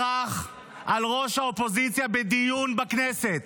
צרח על ראש האופוזיציה, בדיון בכנסת.